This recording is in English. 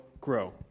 Grow